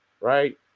right